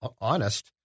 honest